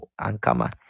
ankama